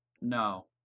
No